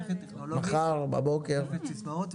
הכי קטן ובסוף להשפיע בצורה הכי קשה,